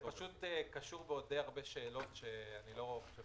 זה קשור בעוד די הרבה שאלות שאני חושב